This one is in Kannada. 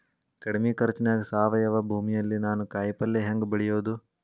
ಕಡಮಿ ಖರ್ಚನ್ಯಾಗ್ ಸಾವಯವ ಭೂಮಿಯಲ್ಲಿ ನಾನ್ ಕಾಯಿಪಲ್ಲೆ ಹೆಂಗ್ ಬೆಳಿಯೋದ್?